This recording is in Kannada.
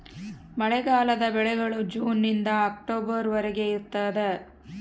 ಮಳೆಗಾಲದ ಬೆಳೆಗಳು ಜೂನ್ ನಿಂದ ಅಕ್ಟೊಬರ್ ವರೆಗೆ ಇರ್ತಾದ